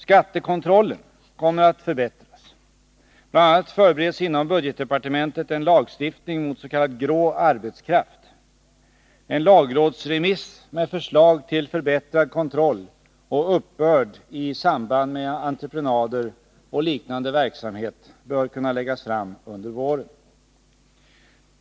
Skattekontrollen kommer att förbättras. Bl. a. förbereds inom budgetdepartementet en lagstiftning mot s.k. grå arbetskraft. En lagrådsremiss med förslag till förbättrad kontroll och uppbörd i samband med entreprenader och liknande verksamhet bör kunna läggas fram under våren.